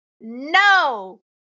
No